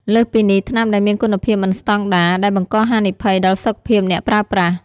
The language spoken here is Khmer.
លើសពីនេះ ថ្នាំដែលមានគុណភាពមិនស្តង់ដារ ដែលបង្កហានិភ័យដល់សុខភាពអ្នកប្រើប្រាស់។